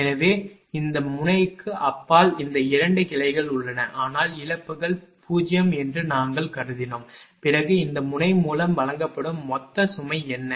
எனவே இந்த முனைக்கு அப்பால் இந்த 2 கிளைகள் உள்ளன ஆனால் இழப்புகள் 0 என்று நாங்கள் கருதினோம் பிறகு இந்த முனை மூலம் வழங்கப்படும் மொத்த சுமை என்ன